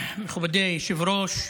מכובדי היושב-ראש,